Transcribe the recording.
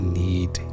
need